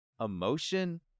emotion